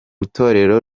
itorero